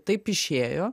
taip išėjo